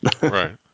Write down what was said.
Right